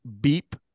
beep